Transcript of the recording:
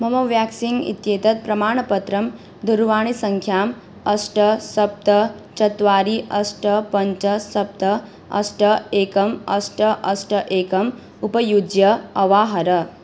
मम व्याक्सीन् इत्येतत् प्रमाणपत्रं दूरवाणीसङ्ख्याम् अष्ट सप्त चत्वारि अष्ट पञ्च सप्त अष्ट एकम् अष्ट अष्ट एकम् उपयुज्य अवाहर